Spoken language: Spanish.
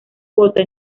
cuota